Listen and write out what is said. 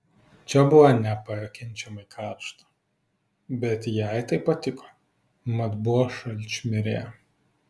čia buvo nepakenčiamai karšta bet jai tai patiko mat buvo šalčmirė